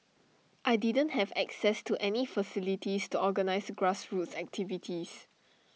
I didn't have access to any facilities to organise grassroots activities